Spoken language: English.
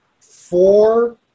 four